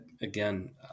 Again